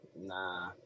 nah